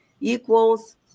equals